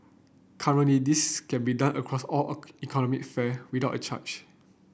currently this can be done across all economy fare without a charge